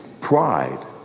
pride